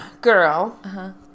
Girl